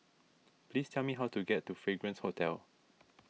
please tell me how to get to Fragrance Hotel